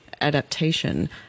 adaptation